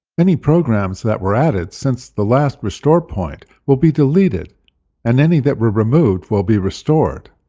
any programs that were added since the last restore point will be deleted and any that were removed will be restored.